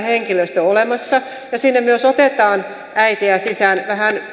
henkilöstö olemassa ja sinne myös otetaan äitejä sisään